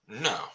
No